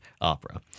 opera